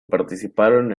participaron